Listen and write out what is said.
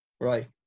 right